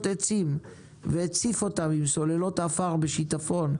עצים והוא הציף אותם עם סוללות עפר בשיטפון.